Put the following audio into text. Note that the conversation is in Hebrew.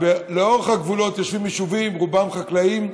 לאורך הגבולות יושבים יישובים, רובם חקלאיים,